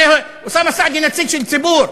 הרי אוסאמה סעדי הוא נציג של ציבור,